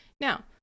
Now